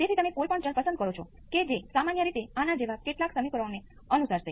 તેથી આ બીજું કંઈ નથી પણ V p exponential j ϕ exponential jωt